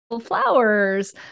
flowers